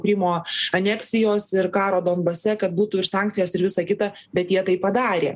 krymo aneksijos ir karo donbase kad būtų ir sankcijos ir visa kita bet jie tai padarė